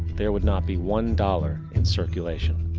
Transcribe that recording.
there would not be one dollar in circulation.